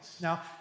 Now